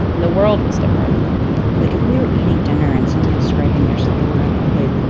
and the world was different like if we were eating dinner and somebody scraping their silverware on their plate,